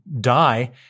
die